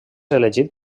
elegit